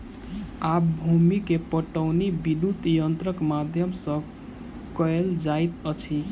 आब भूमि के पाटौनी विद्युत यंत्रक माध्यम सॅ कएल जाइत अछि